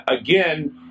again